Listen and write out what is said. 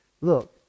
look